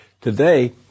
today